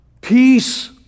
peace